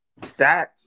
Stats